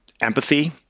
empathy